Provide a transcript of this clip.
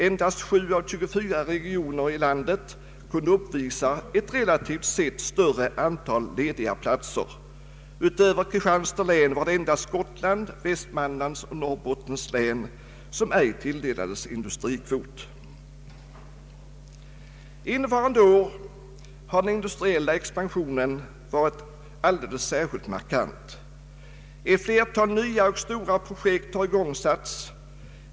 Endast 7 av 24 regioner i landet kunde uppvisa ett relativt sett större antal lediga platser. Utöver Kristianstads län var det endast Gotlands, Västmanlands och Norrbottens län som ej tilldelades industrikvot. Innevarande år har den industriella expansionen varit särskilt markant. Ett flertal nya och stora projekt har igångsatts.